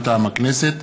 מטעם הכנסת,